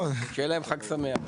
שיהיה להם חג שמח.